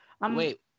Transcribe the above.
Wait